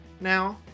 now